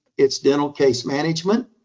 it's dental case management,